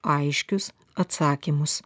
aiškius atsakymus